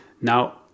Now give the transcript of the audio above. Now